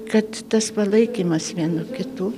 kad tas palaikymas vienų kitų